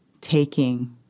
taking